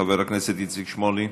חבר הכנסת איציק שמולי,